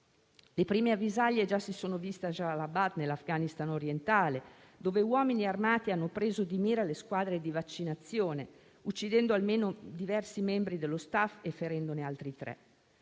Le prime avvisaglie già si sono viste a Jalalabad, nell'Afghanistan orientale, dove uomini armati hanno preso di mira le squadre di vaccinazione, uccidendo diversi membri dello *staff* e ferendone altri tre.